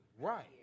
Right